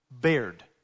bared